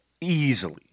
easily